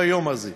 ביום הזה.